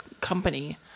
company